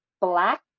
black